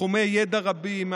מתחומי ידע רבים,